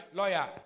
lawyer